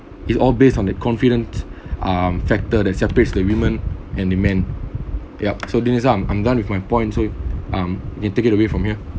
it's all based on that confident um factor that separates the women and the man yup so dinsum I'm done with my point so um you can take it away from here